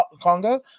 Congo